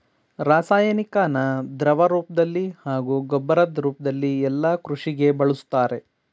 ರಾಸಾಯನಿಕನ ದ್ರವರೂಪ್ದಲ್ಲಿ ಹಾಗೂ ಗೊಬ್ಬರದ್ ರೂಪ್ದಲ್ಲಿ ಯಲ್ಲಾ ಕೃಷಿಗೆ ಬಳುಸ್ತಾರೆ